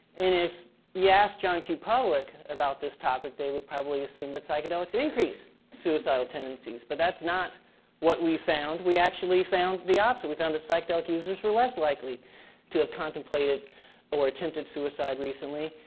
and if you asked john q public about this topic, they would probably assume that psychedelics increase suicidal tendencies. but that's not what we found, we actually found the opposite. we found that psychedelic users were less likely to have contemplated or attempted suicide recently,